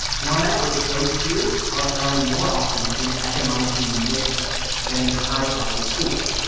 and on average, those peers are found more often in economically-mixed than in high-poverty schools.